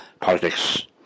politics